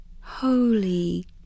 Holy